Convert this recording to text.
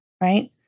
right